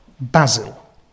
basil